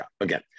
Again